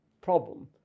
problem